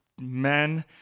men